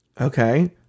okay